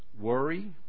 Worry